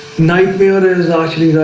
nightmare is actually